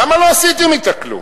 למה לא עשיתם אתה כלום?